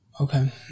Okay